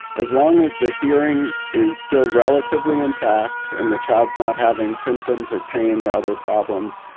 as long as the hearing is still relatively intact and the child is not having symptoms or pain or other problems,